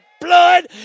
blood